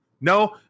no